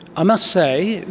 i must say,